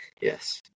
Yes